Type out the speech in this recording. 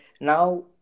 Now